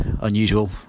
unusual